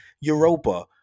Europa